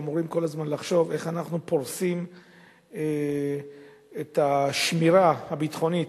אמורים כל הזמן לחשוב איך אנחנו פורסים את השמירה הביטחונית